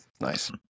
Nice